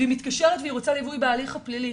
והיא מתקשרת והיא רוצה ליווי בהליך הפלילי,